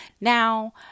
Now